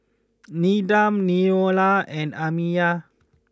Needham Neola and Amiyah